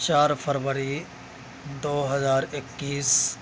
چار فروری دو ہزار اکیس